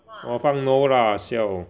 我放 no lah xiao